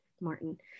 Martin